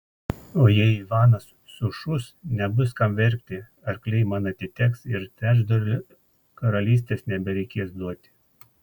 o jei ivanas sušus nebus kam verkti arkliai man atiteks ir trečdalio karalystės nebereikės duoti